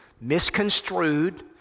misconstrued